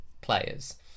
players